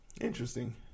interesting